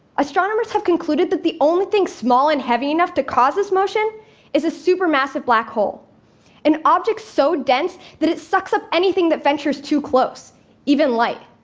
astronomers have concluded that the only thing small and heavy enough to cause this motion is a supermassive black hole an object so dense that it sucks up anything that ventures too close even light.